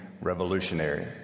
revolutionary